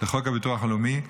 לחוק הביטוח הלאומי,